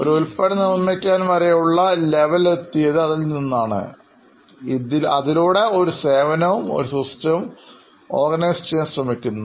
ഒരു ഉത്പന്നം നിർമിക്കാൻ വരെയുള്ള ലെവൽ എത്തിയത് അതിൽനിന്നാണ് അതിലൂടെ ഒരു സേവനവും ഒരു സിസ്റ്റവും ഓർഗനൈസ് ചെയ്യാൻ ആഗ്രഹിക്കുന്നു